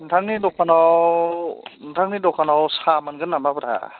नोंथांनि दखानाव नोंथांनि दखानाव सा मोनगोन नामाब्रा